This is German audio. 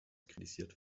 kritisiert